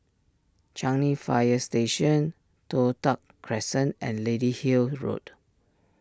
Changi Fire Station Toh Tuck Crescent and Lady Hill Road